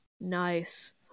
Nice